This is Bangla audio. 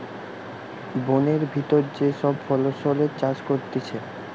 বোনের ভিতর যে সব ফসলের চাষ করতিছে